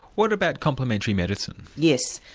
what about complementary medicine? yes,